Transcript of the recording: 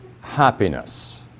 happiness